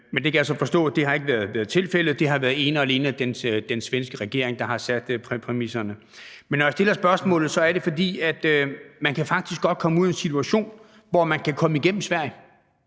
men det kan jeg så forstå ikke har været tilfældet. Det har ene og alene været den svenske regering, der har sat præmisserne. Når jeg stiller spørgsmålet, er det, fordi man faktisk godt kan komme ud for den situation, at man kan komme igennem Sverige,